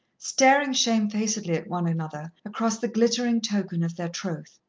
staring shamefacedly at one another across the glittering token of their troth.